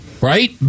right